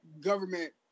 government